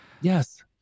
Yes